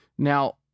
Now